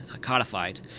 codified